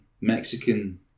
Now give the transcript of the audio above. Mexican